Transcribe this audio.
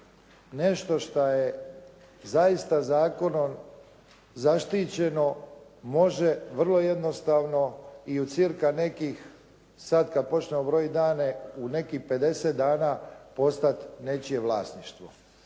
nešto šta je zaista zakonom zaštićeno, može vrlo jednostavno i u cca nekih sada kad počnemo brojiti dane, u nekih 50 dana postati nečije vlasništvo.